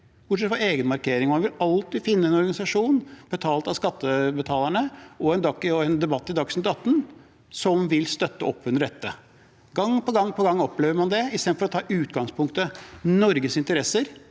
En vil alltid finne en organisasjon – betalt av skattebetalerne – og en debatt i Dagsnytt 18 som vil støtte opp under dette. Gang på gang på gang opplever en det, istedenfor at det tas utgangspunkt i Norges interesser.